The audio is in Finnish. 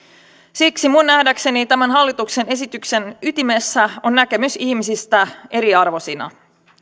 siksi minun nähdäkseni tämän hallituksen esityksen ytimessä on näkemys ihmisistä eriarvoisina